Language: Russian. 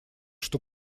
что